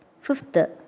Fifth